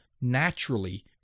naturally